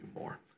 more